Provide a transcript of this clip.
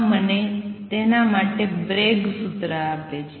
આ મને તેના માટે બ્રેગ સૂત્ર આપે છે